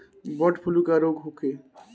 Bird flu का रोग होखे?